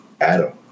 adam